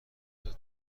توقف